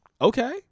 Okay